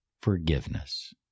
forgiveness